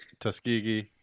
Tuskegee